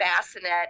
bassinet